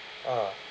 ah